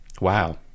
Wow